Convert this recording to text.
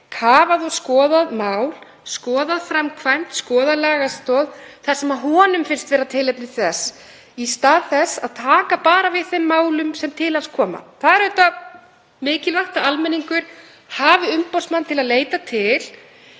kafað og skoðað mál, skoðað framkvæmd, skoðað lagastoð þar sem því finnst vera tilefni þess, í stað þess að taka bara við þeim málum sem til þess koma. Það er auðvitað mikilvægt að almenningur hafi umboðsmann til að leita til,